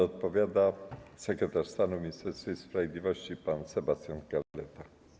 Odpowiada sekretarz stanu w Ministerstwie Sprawiedliwości pan Sebastian Kaleta.